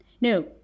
No